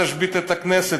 תשבית את הכנסת,